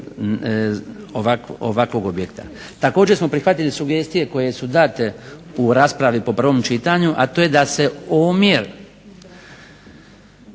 ovakvog objekta. Također smo prihvatili sugestije koje su date u raspravi po prvom čitanju, a to je da se omjer